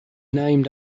named